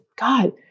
God